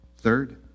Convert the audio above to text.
Third